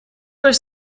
were